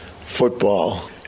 football